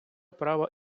права